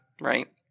Right